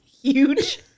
huge